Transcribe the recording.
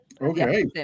Okay